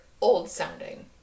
old-sounding